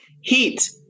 heat